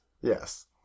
yes